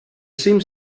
seems